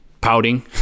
pouting